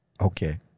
Okay